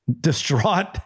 distraught